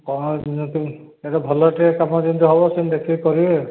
କ'ଣ ଗୋଟିଏ ଯେଉଁଟା ଭଲ ହେବ ସେମିତି ଦେଖିକି କରିବେ